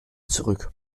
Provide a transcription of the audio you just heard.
zurück